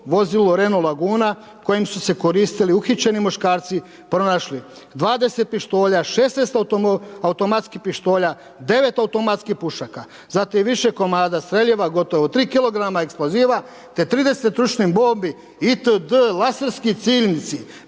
vozilo Renault Laguna kojim su se koristili uhićeni muškarci pronašli 20 pištolja, 16 automatskih pištolja, 9 automatskih pušaka, zatim više komada streljiva, gotovo 3 kg eksploziva te 30 ručnih bombi itd. laserski cikljnici,